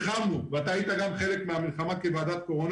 מתווה פשוט: ישיבה בחוץ,